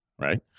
right